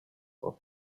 for